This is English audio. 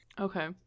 Okay